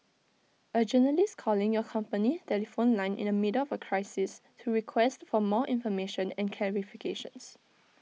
A journalist calling your company telephone line in the middle for crisis to request for more information and clarifications